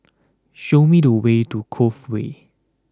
show me the way to Cove Way